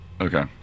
Okay